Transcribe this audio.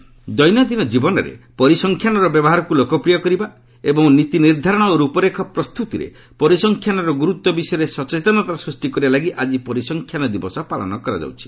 statistics day ଦୈନନ୍ଦିନ ଜୀବନରେ ପରିସଂଖ୍ୟାନର ବ୍ୟବହାରକୁ ଲୋକପ୍ରିୟ କରିବା ଏବଂ ନୀତି ନିର୍ଦ୍ଧାରଣ ଓ ରୂପରେଖ ପ୍ରସ୍ତୁତିରେ ପରିସଂଖ୍ୟାନର ଗୁରୁତ୍ୱ ବିଷୟରେ ସଚେତନତା ସୃଷ୍ଟି କରିବା ଲାଗି ଆଜି ପରିସଂଖ୍ୟାନ ଦିବସ ପାଳନ କରାଯାଉଛି